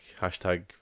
hashtag